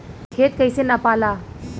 खेत कैसे नपाला?